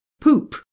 poop